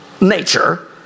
nature